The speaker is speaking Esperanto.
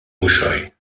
muŝoj